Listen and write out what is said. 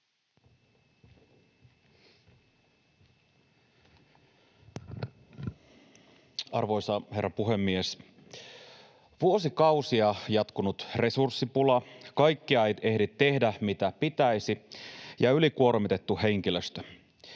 Arvoisa herra puhemies! Vuosikausia jatkunut resurssipula, kaikkea ei ehdi tehdä, mitä pitäisi, ja ylikuormitettu henkilöstö.